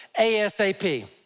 ASAP